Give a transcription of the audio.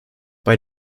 bei